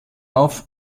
auf